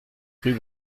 rue